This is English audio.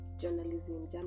Journalism